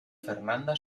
fernanda